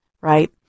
Right